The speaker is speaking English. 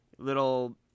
Little